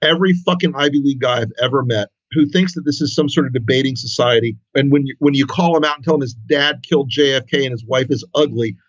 every fucking ivy league guys ever met who thinks that this is some sort of debating society. then and when when you call him out, tell him his dad killed jfk and his wife is ugly.